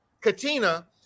Katina